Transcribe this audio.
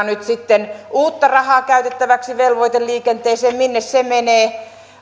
nyt sitten uutta rahaa käytettäväksi velvoiteliikenteeseen minne se menee